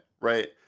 right